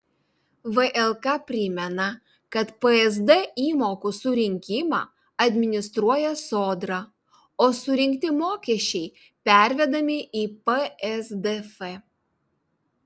vlk primena kad psd įmokų surinkimą administruoja sodra o surinkti mokesčiai pervedami į psdf